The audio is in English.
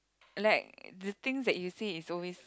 like the things that you say is always